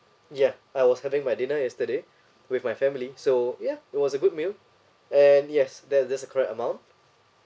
yeah I was having my dinner yesterday with my family so yeah it was a good meal and yes that's the correct amount